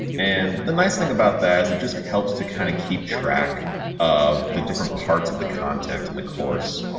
and the nice thing about that is it just helps to kind of keep track of the different parts of the content in the course.